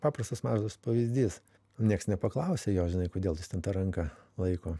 paprastas mažas pavyzdys nieks nepaklausė jo žinai kodėl jis ten tą ranką laiko